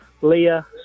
Leah